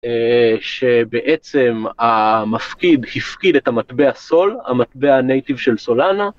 שבעצם המפקיד הפקיד את המטבע סול המטבע נייטיב של סולאנה.